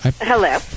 hello